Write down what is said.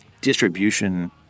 distribution